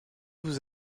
vous